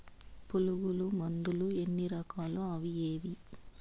పులుగు మందులు ఎన్ని రకాలు అవి ఏవి?